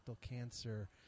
cancer